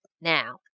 now